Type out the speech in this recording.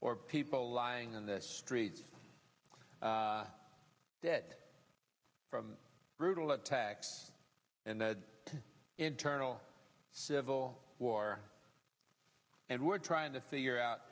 or people lying on the streets dead from brutal attacks and the internal civil war and we're trying to figure out